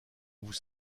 vous